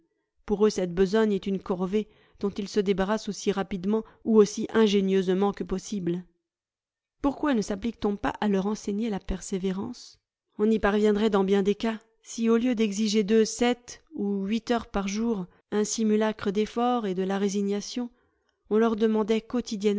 pour eux cette besogne est une corvée dont ils se débarrassent aussi rapidement ou aussi ingénieusement que possible pourquoi ne sapplique on pas à leur enseigner la persévérance on y parviendrait dans bien des cas si au lieu d'exiger d'eux sept ou huit heures par jour un simulacre d'effort et de la résignation on leur demandait